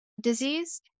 disease